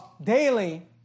daily